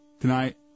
tonight